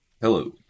Hello